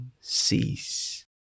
cease